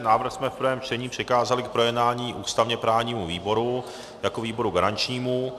Návrh jsme v prvém čtení přikázali k projednání ústavněprávnímu výboru jako výboru garančnímu.